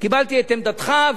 קיבלתי את עמדתך,